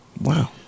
wow